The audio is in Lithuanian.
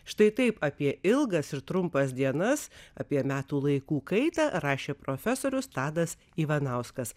štai taip apie ilgas ir trumpas dienas apie metų laikų kaitą rašė profesorius tadas ivanauskas